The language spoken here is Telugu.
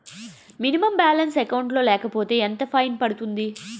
మినిమం బాలన్స్ అకౌంట్ లో లేకపోతే ఎంత ఫైన్ పడుతుంది?